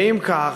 ואם כך,